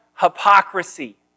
hypocrisy